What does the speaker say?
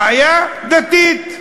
בעיה דתית.